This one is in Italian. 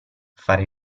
fare